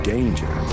Danger